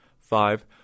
Five